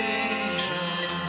angel